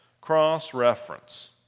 Cross-reference